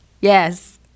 Yes